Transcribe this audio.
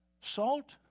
Salt